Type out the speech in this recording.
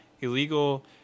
illegal